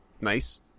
nice